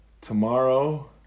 Tomorrow